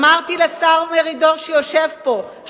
אמרתי לשר מרידור שיושב פה,